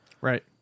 right